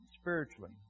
spiritually